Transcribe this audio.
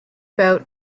boat